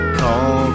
call